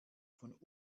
von